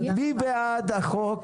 מי בעד החוק?